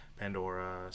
Pandora